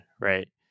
right